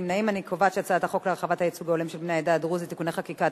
הצעת חוק להרחבת הייצוג ההולם של בני העדה הדרוזית (תיקוני חקיקה),